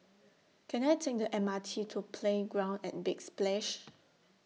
Can I Take The M R T to Playground At Big Splash